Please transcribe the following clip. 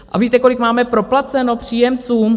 A víte, kolik máme proplaceno příjemcům?